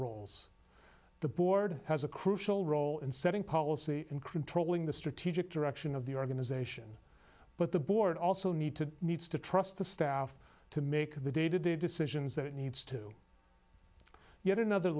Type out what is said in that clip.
roles the board has a crucial role in setting policy and crew trolling the strategic direction of the organization but the board also need to needs to trust the staff to make the day to day decisions that it needs to yet another